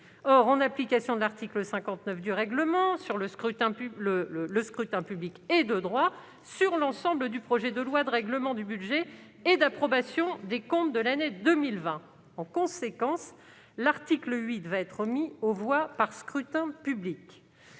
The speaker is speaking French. Or, en application de l'article 59 du règlement, le scrutin public est de droit sur l'ensemble du projet de loi de règlement du budget et d'approbation des comptes de l'année 2020. En conséquence, l'article 8 va être mis aux voix par scrutin public.